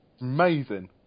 amazing